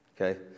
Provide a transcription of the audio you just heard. Okay